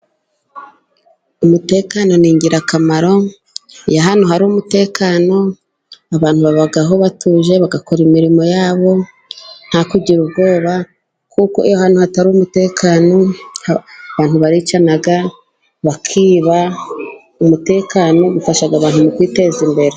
Umutekano ni ingirakamaro. Iyo ahantu hari umutekano, abantu babaho batuje bagakora imirimo yabo ntibagire ubwoba, kuko iyo ahantu hatari umutekano, abantu baricana, bakiba. Umutekano ufasha abantu mu kwiteza imbere.